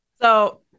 So-